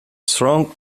stroke